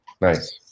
Nice